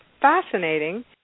fascinating